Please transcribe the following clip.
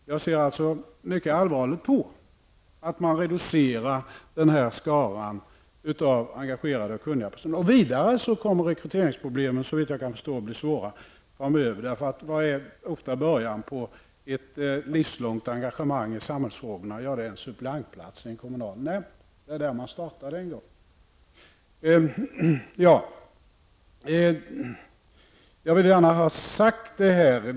Jag ser alltså mycket allvarligt på att man reducerar den här skaran av engagerade och kunniga personer. Dessutom kommer, såvitt jag förstår, rekryteringsproblemen att bli stora. Början på ett livslångt engagemang i samhällsarbetet är ofta en suppleantplats i en kommunal nämnd. Det är där vi en gång startade.